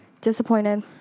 Disappointed